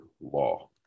law